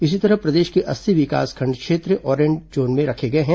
इसी तरह प्रदेश के अस्सी विकासखंड क्षेत्र ऑरेंज जोन में रखे गए हैं